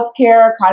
healthcare